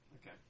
Okay